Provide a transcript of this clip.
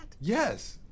Yes